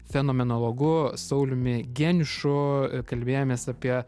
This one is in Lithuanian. fenomenologu sauliumi geniušu kalbėjomės apie